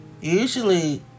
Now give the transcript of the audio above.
Usually